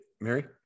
Mary